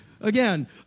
again